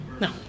No